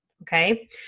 Okay